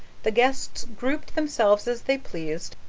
the guests grouped themselves as they pleased.